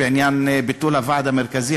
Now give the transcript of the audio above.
בעניין ביטול הוועד המרכזי.